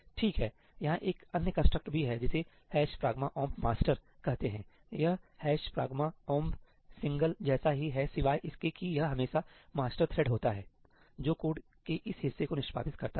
ठीक है यहां एक अन्य कंस्ट्रक्ट भी है जिसे 'pragma omp master ' pragma omp master' कहते हैं यह 'pragma omp single' ' pragma omp single' जैसा ही है सिवाय इसके कि यह हमेशा मास्टर थ्रेड होता है जो कोड के इस हिस्से को निष्पादित करता है